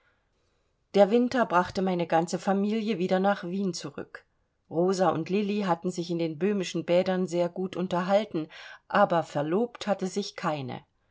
der winter brachte meine ganze familie wieder nach wien zurück rosa und lilli hatten sich in den böhmischen bädern sehr gut unterhalten aber verlobt hatte sich keine